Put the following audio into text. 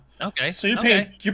Okay